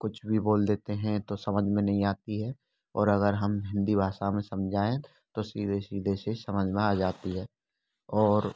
कुछ भी बोल देते हैं तो समझ में नहीं आती है और अगर हम हिंदी भाषा में समझाएँ तो सीधे सीधे से समझ में आ जाती है और